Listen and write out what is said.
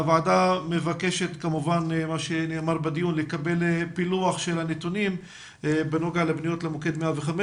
הוועדה מבקשת לקבל פילוח של הנתונים בנוגע פניות למוקד 105,